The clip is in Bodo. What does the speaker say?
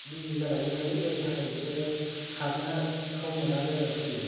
बिजि जानानै थायो जायनि थाखाय बिसोरो खारनो सम मोना जानानै फैयो